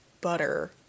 butter